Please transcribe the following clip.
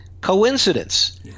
coincidence